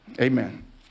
Amen